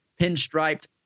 pinstriped